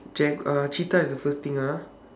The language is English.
jag~ uh cheetah is the first thing ah